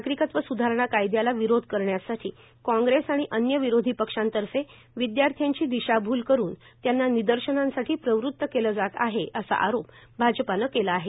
नागरिकत्व सुधारणा कायदयाला विरोध करण्यासाठी कांग्रेस आणि अन्य विरोधी पक्षांतर्फे विद्याथ्र्यांची दीशाभूल करून त्यांना निदर्शनांसाठी प्रवृत केलं जात आहे असा आरोप भाजपानं केला आहे